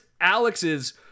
Alex's